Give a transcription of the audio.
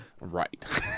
Right